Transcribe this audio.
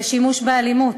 זה שימוש באלימות.